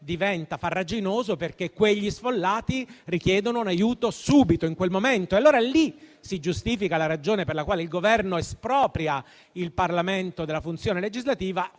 diventa farraginoso, perché quegli sfollati richiedono un aiuto subito, in quel momento. Lì si giustifica la ragione per la quale il Governo espropria il Parlamento della funzione legislativa,